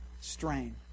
strain